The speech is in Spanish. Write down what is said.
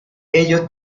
ellos